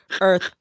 earth